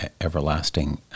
everlasting